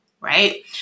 right